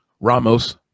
Ramos